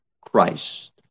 Christ